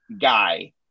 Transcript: guy